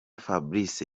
fabrice